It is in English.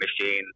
machine